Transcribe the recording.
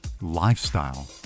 lifestyle